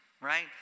right